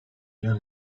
plan